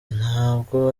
ntabwo